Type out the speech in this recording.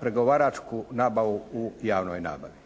pregovaračku nabavu u javnoj nabavi.